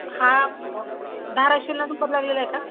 हा धाराशिवला नंबर लागलेला आहे का